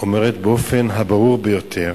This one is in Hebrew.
אומרת באופן הברור ביותר: